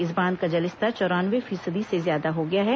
इस बांध का जलस्तर चौरानवे फीसदी से ज्यादा हो गया है